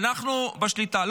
אנחנו בשליטה.